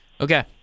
okay